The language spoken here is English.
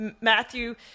Matthew